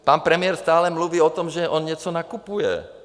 Pan premiér stále mluví o tom, že on něco nakupuje.